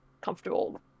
comfortable